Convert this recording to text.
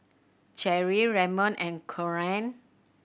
Cherrie Ramon and Corene